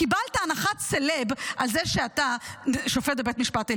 קיבלת הנחת סלב על זה שאתה שופט בבית משפט עליון.